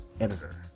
editor